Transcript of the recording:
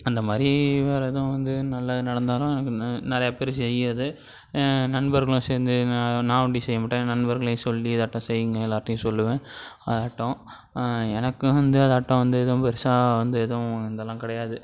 அந்த மாதிரி வேறு எதுவும் வந்து நல்லது நடந்தாலும் எனக்கு நெ நிறையா பேர் செய்யுறது நண்பர்களும் சேர்ந்து நான் நான் ஒண்டி செய்ய மாட்டேன் என் நண்பர்களையும் சொல்லி இதாட்டம் செய்ங்க எல்லார்கிட்டையும் சொல்லுவேன் அதாட்டம் எனக்கு வந்து அதாட்டம் வந்து எதுவும் பெருசாக வந்து எதுவும் இதெல்லாம் கிடையாது